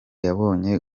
yabonye